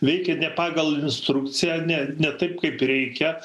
veikia ne pagal instrukciją ne ne taip kaip reikia